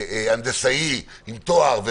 הנדסאי עם תואר,